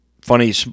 funny